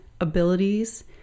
abilities